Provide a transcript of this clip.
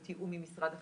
בתיאום עם משרד החינוך,